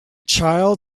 child